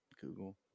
Google